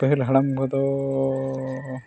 ᱯᱟᱹᱦᱤᱞ ᱦᱟᱲᱟᱢ ᱠᱚᱫᱚ